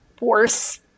worse